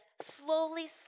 slowly